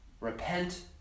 Repent